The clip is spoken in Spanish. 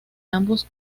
ambos